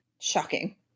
Shocking